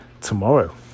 tomorrow